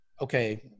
okay